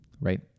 right